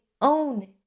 own